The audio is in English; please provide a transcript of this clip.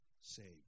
saved